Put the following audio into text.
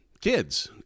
kids